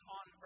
on